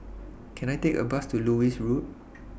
Can I Take A Bus to Lewis Road